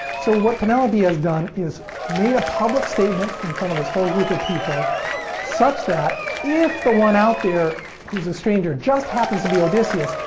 so, what penelope has done is made a public statement in front of this whole group of people such that, if the one out there is a stranger just happens to be odysseus,